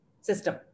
system